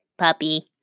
puppy